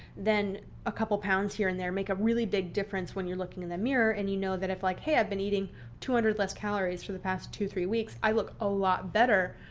then a couple pounds here and there make a really big difference when you're looking in the mirror and you know that if like, hey, i've been eating two hundred less calories for the past two, three weeks. i look a lot better.